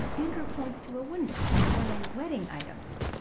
andrew points to a window displaying wedding items.